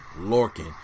Lorkin